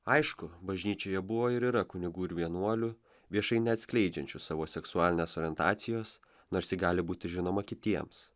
aišku bažnyčioje buvo ir yra kunigų ir vienuolių viešai neatskleidžiančių savo seksualinės orientacijos nors ji gali būti žinoma kitiems